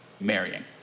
marrying